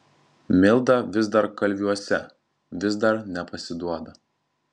milda vis dar kalviuose vis dar nepasiduoda